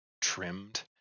trimmed